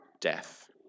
death